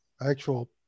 actual